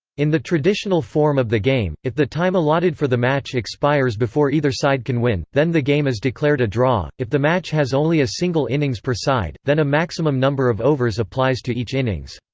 in the traditional form of the game, if the time allotted for the match expires before either side can win, then the game is declared a draw if the match has only a single innings per side, then a maximum number of overs applies to each innings.